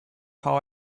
how